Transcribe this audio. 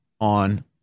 on